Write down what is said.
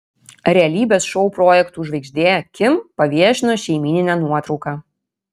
realybės šou projektų žvaigždė kim paviešino šeimyninę nuotrauką